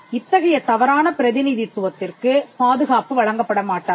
இத்தகைய தவறான பிரதிநிதித்துவத்திற்கு பாதுகாப்பு வழங்கப்பட மாட்டாது